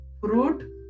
fruit